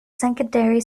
secondary